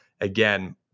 again